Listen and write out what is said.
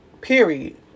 Period